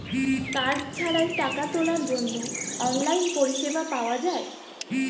card ছাড়াই টাকা তোলার জন্য অনলাইন পরিষেবা পাওয়া যায়